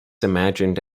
imagined